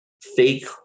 fake